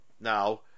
Now